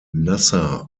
nasser